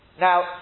Now